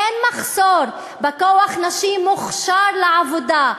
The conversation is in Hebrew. אין מחסור בכוח נשים מוכשר לעבודה.